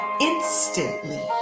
instantly